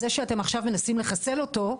זה שאתם עכשיו מנסים לחסל אותו,